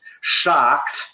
shocked